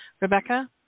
Rebecca